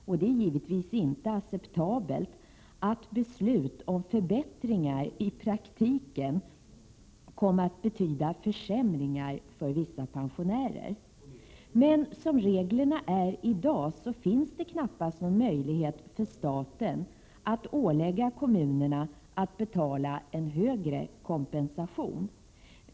Det är givetvis inte acceptabelt att ett beslut om förbättringar i praktiken kom att betyda försämringar för vissa pensionärer. Men som reglerna är i dag finns det knappast någon möjlighet för staten att ålägga kommunerna att betala högre kompensation.